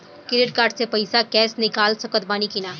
Credit card से पईसा cash निकाल सकत बानी की ना?